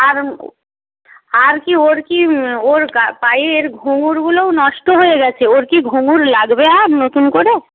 আর আর কি ওর কি ওর পায়ের ঘুঙুরগুলোও নষ্ট হয়ে গেছে ওর কি ঘুঙুর লাগবে আর নতুন করে